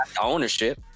ownership